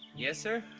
yes sir?